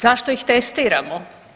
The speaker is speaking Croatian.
Zašto ih testiramo?